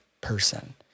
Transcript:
person